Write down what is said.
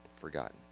forgotten